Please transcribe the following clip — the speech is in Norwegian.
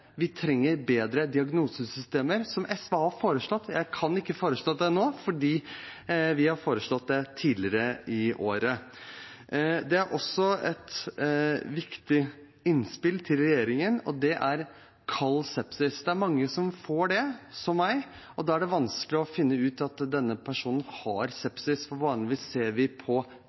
Vi trenger bedre diagnosesystemer, som SV har foreslått. Jeg kan ikke foreslå det nå fordi vi har foreslått det tidligere i år. Vi har også et annet viktig innspill til regjeringen, og det er om kald sepsis. Det er mange som får det, som meg, og da er det er vanskelig å finne ut at en person har sepsis, for vanligvis ser